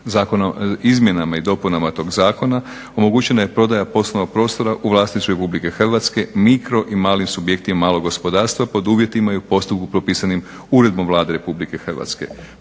Izmjenama i dopunama tog zakona omogućena je prodaja poslovnog prostora u vlasništvu Republike Hrvatske mikro i malim subjektima malog gospodarstva pod uvjetima i u postupku propisanim uredbom Vlade Republike Hrvatske.